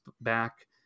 back